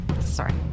Sorry